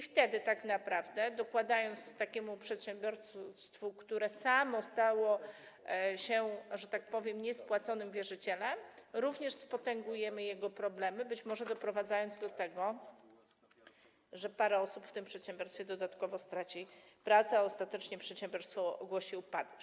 Wtedy tak naprawdę, dokładając takiemu przedsiębiorstwu, które samo stało się, że tak powiem, niespłaconym wierzycielem, spotęgujemy jego problemy, być może doprowadzając do tego, że parę osób w tym przedsiębiorstwie dodatkowo straci pracę, a ostatecznie przedsiębiorstwo ogłosi upadłość.